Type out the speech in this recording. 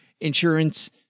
insurance